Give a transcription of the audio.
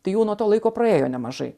tai jau nuo to laiko praėjo nemažai